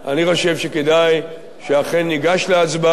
אני חושב שכדאי שאכן ניגש להצבעה,